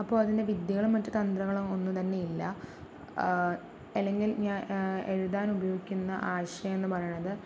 അപ്പോൾ അതിൻ്റെ വിദ്യകളും മറ്റും തന്ത്രങ്ങളും ഒന്നും തന്നെയില്ല അല്ലെങ്കിൽ ഞാൻ എഴുതാൻ ഉപയോഗിക്കുന്ന ആശയം എന്ന് പറയണത്